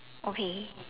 okay